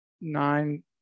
nine